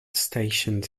stations